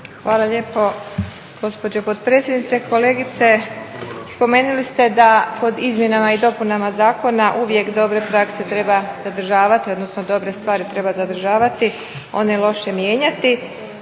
Hvala lijepo gospođo potpredsjednice. Kolegice, spomenuli ste da kod izmjenama i dopunama zakona uvijek dobre prakse treba zadržavati, odnosno dobre stvari treba zadržavati, one loše mijenjati.